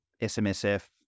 SMSF